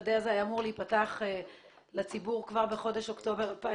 השדה הזה היה אמור להיפתח לציבור כבר בחודש אוקטובר 2018,